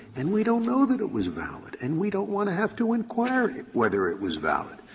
and we don't know that it was valid, and we don't want to have to inquire whether it was valid.